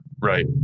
Right